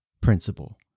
principle